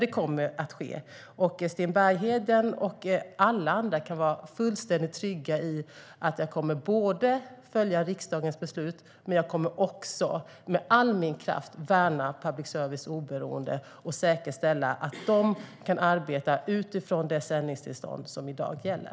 Det kommer dock att ske, och Sten Bergheden och alla andra kan vara fullständigt trygga i att jag både kommer att följa riksdagens beslut och också, med all min kraft, värna public services oberoende och säkerställa att de kan arbeta utifrån det sändningstillstånd som i dag gäller.